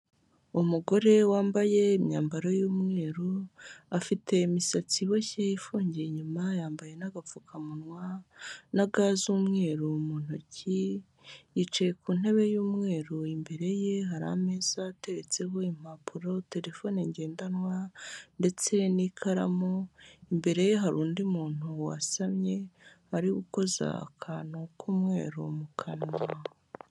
Umugore wambaye imyambaro y'umweru, afite imisatsi iboshyeye ifungiye inyuma, yambaye n'agapfukamunwa na ga z'umweru mu ntoki, yicaye ku ntebe y'umweru, imbere ye hari ameza ateretseho impapuro, telefone ngendanwa ndetse n'ikaramu, imbere ye hari undi muntu wasamye, bari gukoza akantu k'umweru mu kanwa.